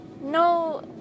no